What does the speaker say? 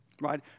Right